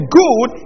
good